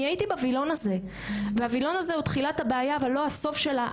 הווילון הזה הוא תחילת הבעיה אבל לא הסוף שלה.